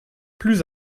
plus